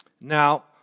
Now